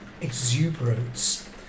exuberance